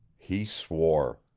he swore.